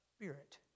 spirit